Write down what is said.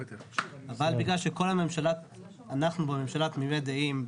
אבל בגלל שאנחנו בממשלה תמימי דעים,